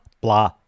blah